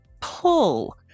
pull